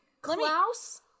Klaus